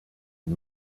und